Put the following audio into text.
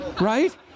right